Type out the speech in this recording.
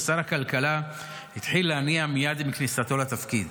ששר הכלכלה התחיל להניע מייד עם כניסתו לתפקיד.